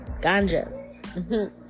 ganja